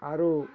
ଆରୁ